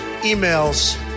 emails